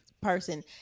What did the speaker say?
person